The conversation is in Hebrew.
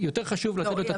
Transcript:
יותר חשוב לתת לו את הטיפול.